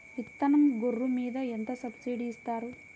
విత్తనం గొర్రు మీద ఎంత సబ్సిడీ ఇస్తారు?